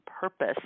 purpose